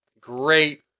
Great